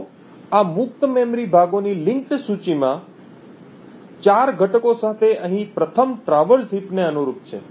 તેથી આ મુક્ત મેમરી ભાગોની લિંક્ડ સૂચિમાં 4 ઘટકો સાથે અહીં પ્રથમ ટ્રાવર્સ હીપ ને અનુરૂપ છે